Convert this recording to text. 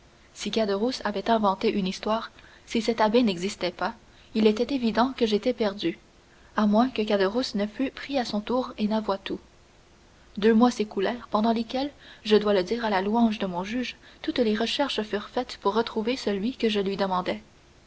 caderousse avait inventé une histoire si cet abbé n'existait pas il était évident que j'étais perdu à moins que caderousse ne fût pris à son tour et n'avouât tout deux mois s'écoulèrent pendant lesquels je dois le dire à la louange de mon juge toutes les recherches furent faites pour retrouver celui que je lui demandais